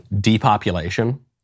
depopulation